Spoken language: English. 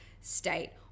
state